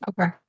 Okay